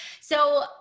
So-